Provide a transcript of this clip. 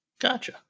Gotcha